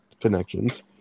connections